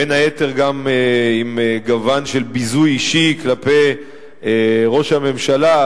בין היתר גם עם גוון של ביזוי אישי כלפי ראש הממשלה,